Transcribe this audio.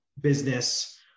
business